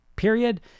period